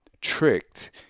tricked